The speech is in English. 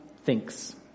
thinks